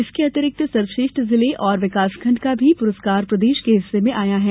इसके अतिरिक्त सर्वश्रेष्ठ जिले और विकासखण्ड का भी पुरस्कार प्रदेश के हिस्से में आया है